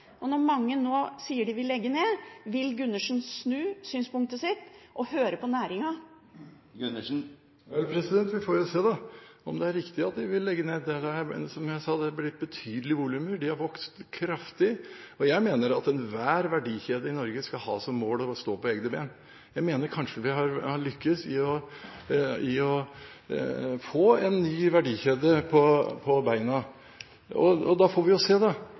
Når mange nå sier de vil legge ned, vil Gundersen snu synspunktet sitt og høre på næringen? Vel, vi får jo se om det er riktig at de vil legge ned. Det er, som jeg sa, blitt betydelige volumer. De har vokst kraftig. Jeg mener at enhver verdikjede i Norge skal ha som mål å stå på egne bein. Jeg mener vi kanskje har lyktes i å få en ny verdikjede på beina. Da får vi jo se hvem som har rett. Jeg mener at aktørene – det